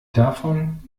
davon